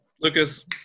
Lucas